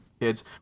kids